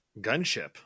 gunship